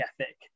ethic